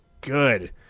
good